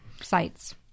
sites